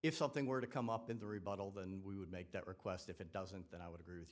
if something were to come up in the rebuttal than we would make that request if it doesn't then i would agree with